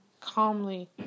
calmly